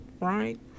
Right